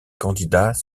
candidats